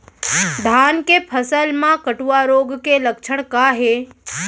धान के फसल मा कटुआ रोग के लक्षण का हे?